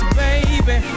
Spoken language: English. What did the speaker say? baby